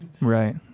Right